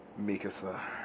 Mikasa